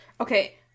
Okay